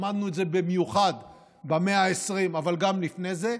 למדנו את זה במיוחד במאה העשרים, אבל גם לפני זה.